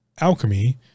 alchemy